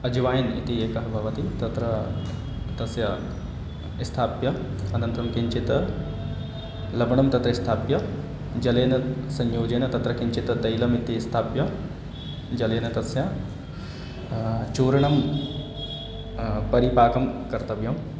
अज्वयिन् इति एकः भवति तत्र तत् स्थाप्य अनन्तरं किञ्चित् लवणं तत्र स्थाप्य जलेन संयोजेन तत्र किञ्चित् तैलम् इति स्थाप्य जलेन तस्य चूर्णं परिपाकं कर्तव्यं